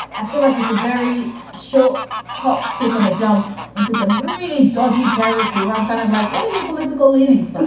i feel like it's a very short hop, skip and a jump into some really dodgy territory where i'm kind of like, what are your political leanings? but